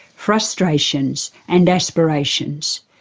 frustrations and aspirations.